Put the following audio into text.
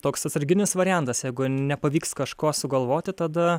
toks atsarginis variantas jeigu nepavyks kažko sugalvoti tada